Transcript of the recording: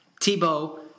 Tebow